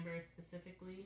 specifically